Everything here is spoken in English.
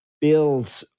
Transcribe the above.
build